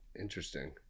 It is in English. interesting